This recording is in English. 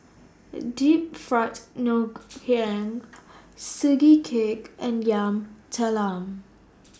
Deep Fried Ngoh Hiang Sugee Cake and Yam Talam